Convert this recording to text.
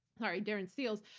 sorry. darren seals.